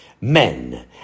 men